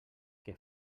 que